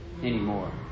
Anymore